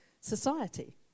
society